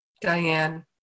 Diane